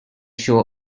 sure